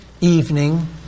evening